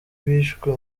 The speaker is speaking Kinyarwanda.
bishwe